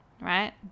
right